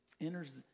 enters